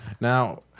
Now